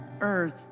earth